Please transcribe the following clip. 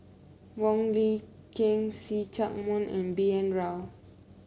Wong Lin Ken See Chak Mun and B N Rao